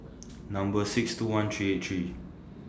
Number six two one three eight three